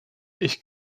ich